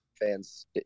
fans